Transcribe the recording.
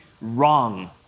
wrong